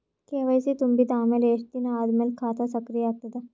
KYC ತುಂಬಿದ ಅಮೆಲ ಎಷ್ಟ ದಿನ ಆದ ಮೇಲ ಖಾತಾ ಸಕ್ರಿಯ ಅಗತದ?